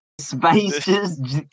Spaces